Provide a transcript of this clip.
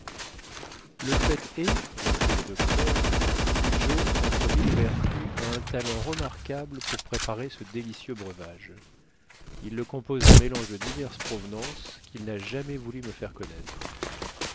le fait est reprit le docteur que joe entre mille vertus a un talent remarquable pour préparer ce délicieux breuvage il le compose d'un mélange de diverses provenances qu'il n'a jamais voulu me faire connaître